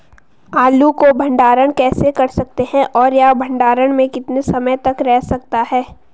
आलू को भंडारण कैसे कर सकते हैं और यह भंडारण में कितने समय तक रह सकता है?